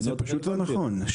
זה פשוט לא נכון,